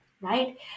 right